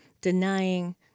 denying